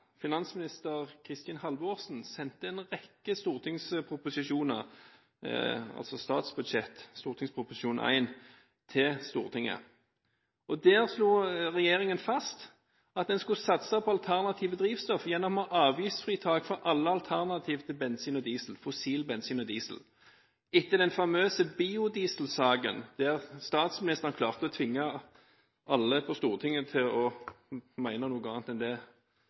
finansminister Kristin Halvorsen, sendte en rekke statsbudsjetter, stortingsproposisjon nr. 1, til Stortinget. Der slo regjeringen fast at den skulle satse på alternative drivstoff gjennom å ha avgiftsfritak for alle alternativ til fossil bensin og diesel. Etter den famøse biodieselsaken, der statsministeren klarte å tvinge alle på Stortinget til å mene noe annet enn det